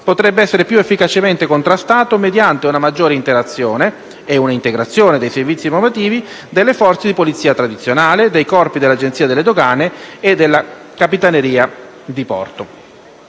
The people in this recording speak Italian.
potrebbe essere più efficacemente contrastato mediante una maggiore interazione (e una integrazione dei sistemi informativi) delle forze di polizia tradizionali, dei corpi dell'Agenzia delle dogane e della Capitaneria di porto.